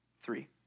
Three